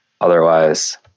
Otherwise